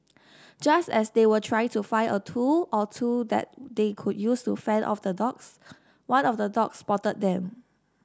just as they were trying to find a tool or two that they could use to fend off the dogs one of the dogs spotted them